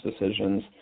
decisions